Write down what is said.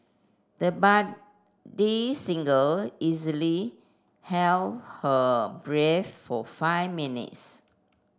the budding singer easily held her breath for five minutes